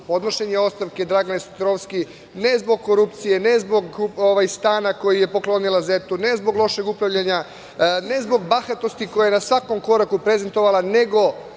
podnošenje ostavke Dragane Sotirovski, ne zbog korupcije, ne zbog stana koji je poklonila zetu, ne zbog lošeg upravljanja, ne zbog bahatosti koju je na svakom koraku prezentovala, nego